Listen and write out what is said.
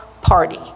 party